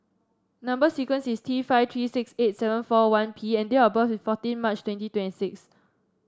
number sequence is T five three six eight seven four one P and date of birth is fourteen March twenty twenty six